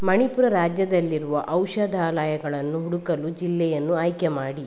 ಮಣಿಪುರ ರಾಜ್ಯದಲ್ಲಿರುವ ಔಷಧಾಲಯಗಳನ್ನು ಹುಡುಕಲು ಜಿಲ್ಲೆಯನ್ನು ಆಯ್ಕೆ ಮಾಡಿ